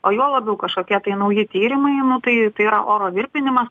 o juo labiau kažkokie tai nauji tyrimai nu tai tai yra oro virpinimas